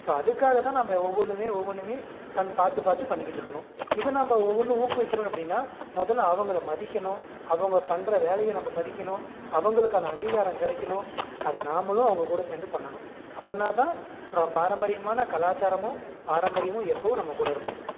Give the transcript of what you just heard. so அதுக்காக தான் நாம் ஒவ்வொன்றுமே ஒவ்வொன்றுமே பண் பார்த்து பார்த்து பண்ணிக்கிட்டு இருக்கணும் இதை நாம் ஒவ்வொன்னும் ஊக்குவிக்கணும் அப்படின்னா முதல்ல அவங்கள மதிக்கணும் அவங்க பண்ற வேலையை நம்ம மதிக்கணும் அவங்களுக்கான அங்கீகாரம் கிடைக்கணும் அதை நாம்மளும் நாம்மளும் அவங்க கூட சேர்ந்து பண்ணணும் அப்படின்னா தான் ப்ரா பாரம்பரியமான கலாச்சாரமும் பாரம்பரியமும் எப்போவும் நம்ம கூட இருக்கும்